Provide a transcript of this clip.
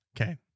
Okay